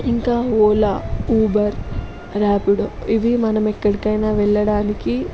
ఇంకా ఓలా ఊబర్ ర్యాపిడో ఇవి మనం ఎక్కడికైనా వెళ్ళడానికి